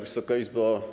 Wysoka Izbo!